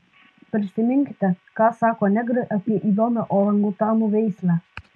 prisiminkite ką sako negrai apie įdomią orangutanų veislę